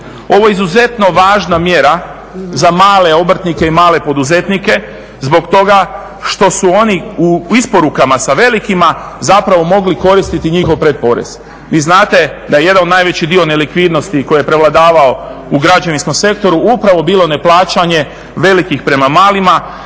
Ovo je izuzetno važna mjera za male obrtnike i za male poduzetnike zbog toga što su oni u isporukama sa velikima zapravo mogli koristiti njihov predporez. Vi znate da je jedan najveći dio nelikvidnosti koji je prevladavao u građevinskom sektoru upravo bilo neplaćanje velikih prema malima.